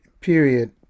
period